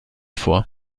vor